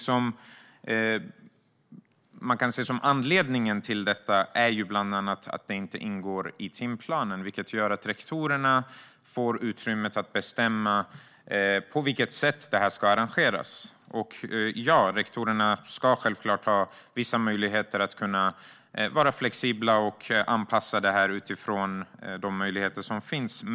Det man kan se som anledningen till detta är bland annat att det här inte ingår i timplanen, vilket gör att rektorerna får utrymme att bestämma på vilket sätt det ska arrangeras. Ja, rektorerna ska självklart ha vissa möjligheter att vara flexibla och anpassa detta utifrån de möjligheter som finns.